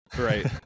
Right